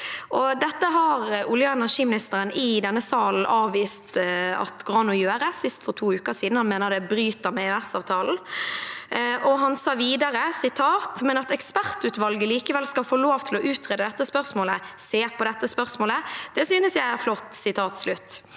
Dette har olje- og energiministeren i denne salen avvist at går an å gjøre, sist for to uker siden. Han mener det bryter med EØS-avtalen. Han sa videre: «Men at ekspertutvalget likevel skal få lov til å utrede dette spørsmålet, se på dette spørsmålet, det synes jeg er flott